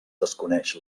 desconeix